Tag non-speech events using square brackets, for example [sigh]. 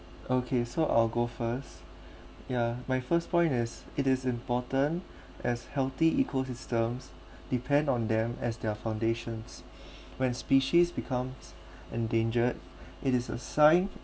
okay so I'll go first [breath] ya my first point is it is important [breath] as healthy ecosystems depend on them as their foundations [breath] when species becomes [breath] endangered [breath] it is a sign